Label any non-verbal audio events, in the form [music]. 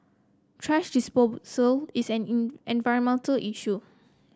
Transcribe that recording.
thrash disposal is an [unintelligible] environmental issue